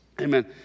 Amen